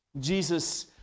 Jesus